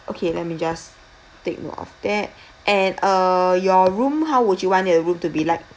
okay let me just take note of that and uh your room how would you want it your room to be like